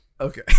Okay